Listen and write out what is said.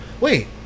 Wait